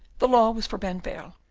the law was for van baerle,